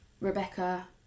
Rebecca